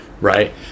right